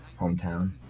hometown